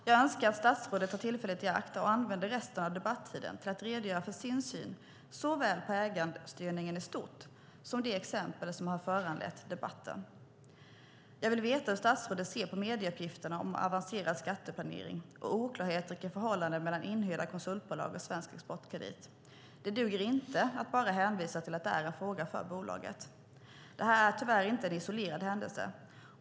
Jag önskar att statsrådet tar tillfället i akt och använder resten av debattiden till att redogöra för sin syn såväl på ägarstyrningen i stort som på de exempel som har föranlett debatten. Jag vill veta hur statsrådet ser på medieuppgifterna om avancerad skatteplanering och oklarheter kring förhållandena mellan inhyrda konsultbolag och Svensk Exportkredit. Det duger inte att bara hänvisa till att det är en fråga för bolaget. Detta är tyvärr inte en isolerad händelse.